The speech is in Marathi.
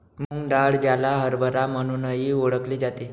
मूग डाळ, ज्याला हरभरा म्हणूनही ओळखले जाते